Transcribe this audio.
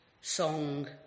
song